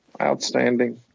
Outstanding